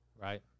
right